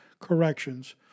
Corrections